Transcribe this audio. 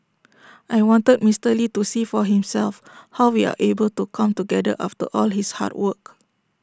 I wanted Mister lee to see for himself how we are able to come together after all his hard work